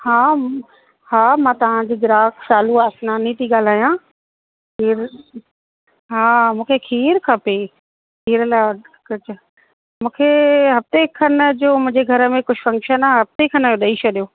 हा म हा मां तव्हांजी ग्राहक शालू आसनानी थी ॻाल्हायां खीर हा मूंखे खीरु खपे खीर ला च मूंखे हफ़्ते खनि जो मुंहिंजे घर में कुझु फ़क्शन आहे हफ़्ते खनि जो ॾेई छॾियो